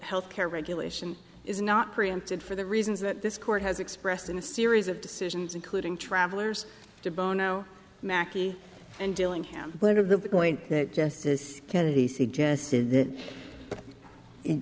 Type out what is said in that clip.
health care regulation is not preempted for the reasons that this court has expressed in a series of decisions including travelers debono makea and dillingham letter of the point that justice kennedy suggested